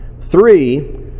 three